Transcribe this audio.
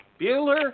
Bueller